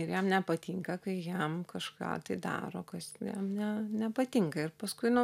ir jam nepatinka kai jam kažką daro kas jam ne nepatinka ir paskui nu